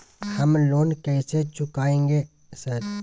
हम लोन कैसे चुकाएंगे सर?